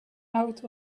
out